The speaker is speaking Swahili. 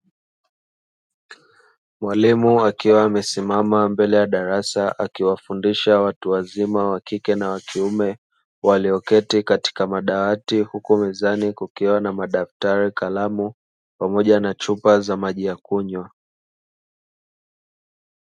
Mwalimu wakiwa wamesimama mbele ya darasa akiwafundisha watu wazima wa kike na wa kiume, walioketi katika madawati huko mezani kukiwa na madaktari, kalamu pamoja na chupa za maji ya kunywa.